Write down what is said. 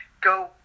go